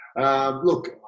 Look